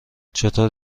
چطور